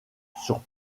sur